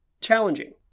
challenging